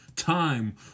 Time